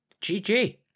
GG